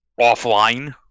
offline